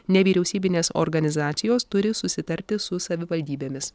nevyriausybinės organizacijos turi susitarti su savivaldybėmis